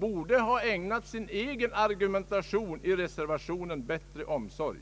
borde ha ägnat sin egen argumentation i reservationen bättre omsorg.